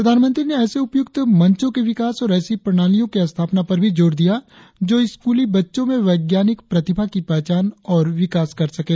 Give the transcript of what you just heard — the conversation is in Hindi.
प्रधानमंत्री ने ऐसे उपयुक्त मंचों के विकास और ऐसी प्रणालियों की स्थापना पर भी जोर दिया जो स्कूली बच्चों में वैज्ञानिक प्रतिभा की पहचान और विकास कर सकें